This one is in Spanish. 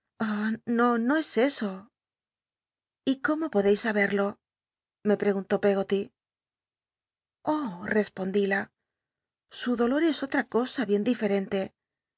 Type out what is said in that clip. no no es eso y tómo podeis sahel'io me prcgunlú l ggoty oh t'epondíla su dolor es otra cosa hicn diferente